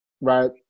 right